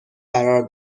قرار